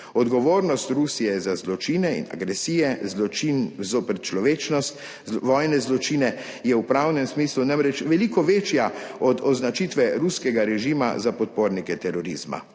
Odgovornost Rusije za zločine in agresije, zločin zoper človečnost, vojne zločine, je v pravnem smislu namreč veliko večja od označitve ruskega režima za podpornike terorizma,